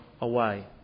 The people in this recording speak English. away